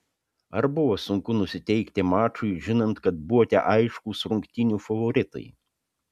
ar buvo sunku nusiteikti mačui žinant kad buvote aiškūs rungtynių favoritai